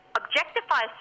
objectify